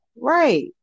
right